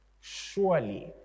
Surely